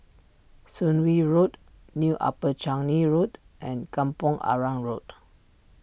Soon Wing Road New Upper Changi Road and Kampong Arang Road